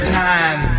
time